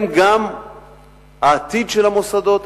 הם גם העתיד של המוסדות,